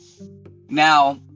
Now